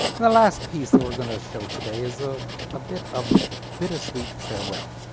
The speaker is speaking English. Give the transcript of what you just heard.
the last piece that we're gonna show today is a ah bit of bittersweet farewell.